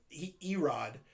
Erod